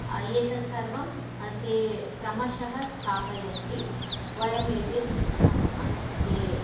एतत् सर्वं ते क्रमशः स्थापयन्ति वयं यद्यद् पृच्छामः ते